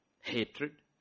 Hatred